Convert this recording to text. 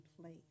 place